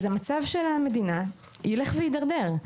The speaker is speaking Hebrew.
אז המצב של המדינה ילך וידרדר.